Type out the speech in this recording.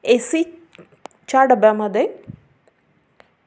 ए सीच्या डब्यामध्ये